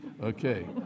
Okay